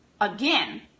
again